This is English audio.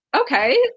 Okay